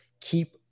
keep